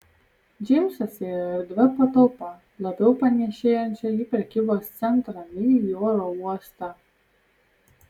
džeimsas ėjo erdvia patalpa labiau panėšėjančia į prekybos centrą nei į oro uostą